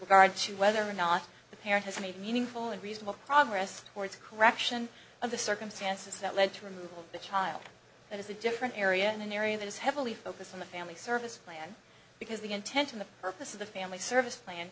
regard to whether or not the parent has made meaningful and reasonable progress towards correction of the circumstances that led to removal of the child that is a different area in an area that is heavily focused on the family service plan because the intention the purpose of the family service plan